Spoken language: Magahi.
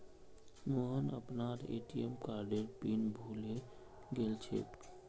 मोहन अपनार ए.टी.एम कार्डेर पिन भूले गेलछेक